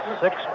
Six